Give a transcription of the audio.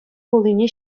хулине